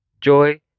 joy